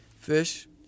Fish